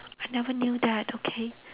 I never knew that okay